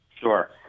Sure